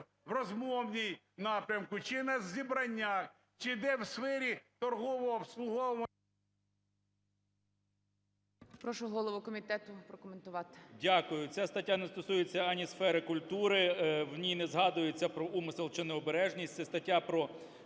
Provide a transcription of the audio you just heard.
в розмові напрямку чи на зібраннях, чи де в сфері торгового обслуговування…